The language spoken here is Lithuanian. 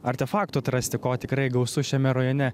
artefaktų atrasti ko tikrai gausu šiame rajone